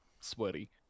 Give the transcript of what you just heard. sweaty